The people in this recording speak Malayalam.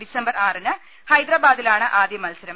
ഡിസംബർ ന് ഹൈദ രാബാദിലാണ് ആദ്യ മത്സരം